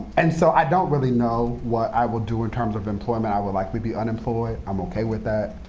and so i don't really know what i will do in terms of employment. i will likely be unemployed. i'm ok with that.